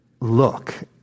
look